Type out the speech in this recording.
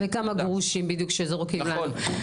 וכמה גרושים בדיוק שזורקים לנו.